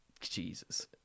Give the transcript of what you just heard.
Jesus